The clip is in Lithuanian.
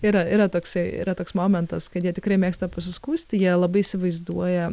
yra yra toksai yra toks momentas kad jie tikrai mėgsta pasiskųsti jie labai įsivaizduoja